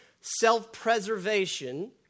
self-preservation